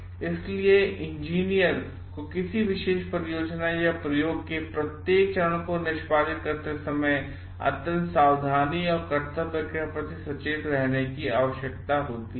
और इसीलिए इंजीनियर को किसी विशेष परियोजना याप्रयोग केप्रत्येक चरण को निष्पादित करते समय अत्यंत सावधानी और कर्तव्य के प्रति सचेत रहने की आवश्यकता होती है